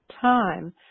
time